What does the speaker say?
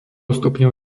stupňov